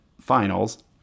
Finals